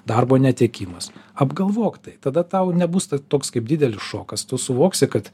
darbo netekimas apgalvok tai tada tau nebus toks kaip didelis šokas tu suvoksi kad